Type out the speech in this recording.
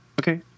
Okay